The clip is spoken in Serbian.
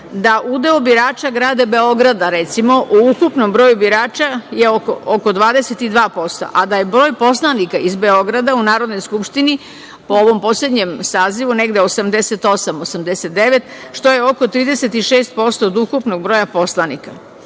da udeo birača grada Beograda, recimo u ukupnom broju birača je oko 22%, a da je broj poslanika iz Beograda u Narodnoj skupštini po ovom poslednjem sazivu negde 88/89, što je oko 36% od ukupnog broja poslanika. Godinama